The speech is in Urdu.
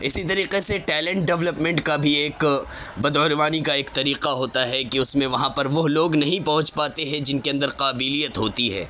اسی طریقے سے ٹیلنٹ ڈیولپمنٹ کا بھی ایک بدعنوانی کا ایک طریقہ ہوتا ہے کہ اس میں وہاں پر وہ لوگ نہیں پہنچ پاتے ہیں جن کے اندر قابلیت ہوتی ہے